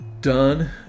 Done